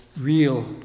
real